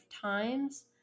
times